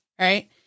right